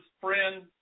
friend